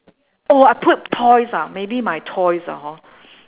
oh I put toys ah maybe my toys ah hor